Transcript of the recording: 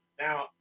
Now